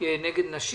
נגד נשים.